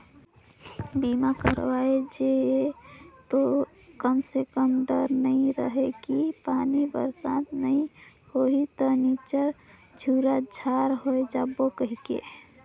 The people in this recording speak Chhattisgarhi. बीमा करवाय जे ये तो कम से कम डर नइ रहें कि पानी बरसात नइ होही त निच्चर झूरा झार होय जाबो कहिके